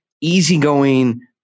easygoing